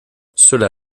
cela